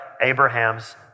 Abraham's